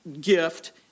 gift